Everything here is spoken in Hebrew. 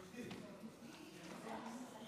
תכף אני אגיד לך למה אני מסכם.